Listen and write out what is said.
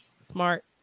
smart